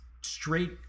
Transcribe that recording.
straight